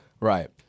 Right